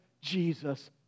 Jesus